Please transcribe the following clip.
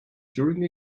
during